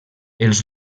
els